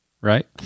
right